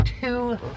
two